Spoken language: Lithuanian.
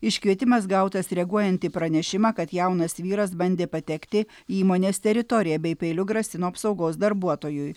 iškvietimas gautas reaguojant į pranešimą kad jaunas vyras bandė patekti įmonės teritoriją bei peiliu grasino apsaugos darbuotojui